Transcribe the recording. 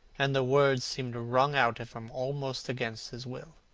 and the words seemed wrung out of him almost against his will.